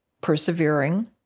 persevering